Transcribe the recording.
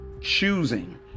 choosing